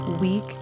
week